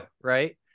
right